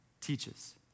teaches